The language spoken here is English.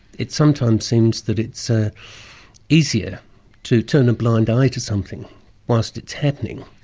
it sometimes seems that it's ah easier to turn a blind eye to something whilst it's happening,